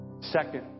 Second